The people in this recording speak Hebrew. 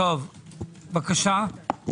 בבקשה.